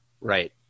Right